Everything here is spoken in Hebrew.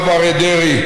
הרב אריה דרעי,